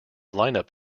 lineup